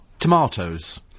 Tomatoes